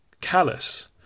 callous